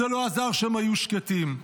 זה לא עזר שהם היו שקטים.